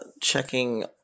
checking